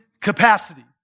capacity